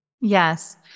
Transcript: Yes